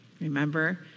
remember